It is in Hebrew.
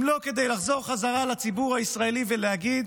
אם לא כדי לחזור בחזרה לציבור הישראלי ולהגיד: